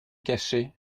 cacher